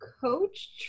coach